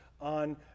on